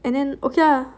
and then okay ah